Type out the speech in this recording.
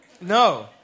No